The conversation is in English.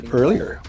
earlier